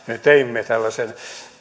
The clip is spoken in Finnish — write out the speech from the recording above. teimme tällaisen